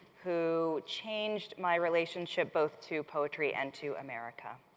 who changed my relationship both to poetry and to america.